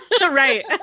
right